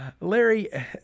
Larry